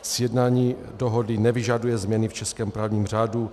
Sjednání dohody nevyžaduje změny v českém právním řádu.